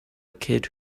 kid